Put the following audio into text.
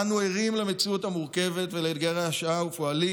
אנו ערים למציאות המורכבת ולאתגרי השעה ופועלים